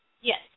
Yes